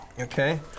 Okay